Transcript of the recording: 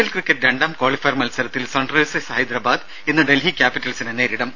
L cricket രണ്ടാം qualifier മത്സരത്തിൽ Sunrisers Hyderabad ഇന്ന് ഡൽഹി ക്യാപിറ്റൽസിനെ നേരിടും